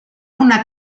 una